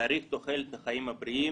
להאריך את תוחלת החיים הבריאים,